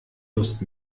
lust